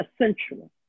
essential